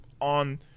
on